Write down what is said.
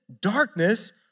darkness